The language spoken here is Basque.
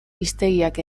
hiztegiak